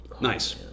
Nice